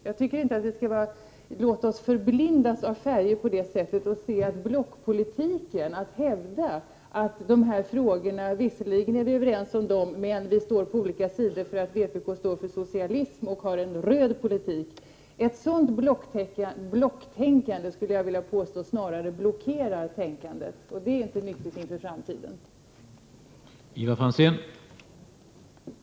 Jag tycker inte att vi skall låta oss förblindas av färger på